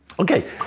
Okay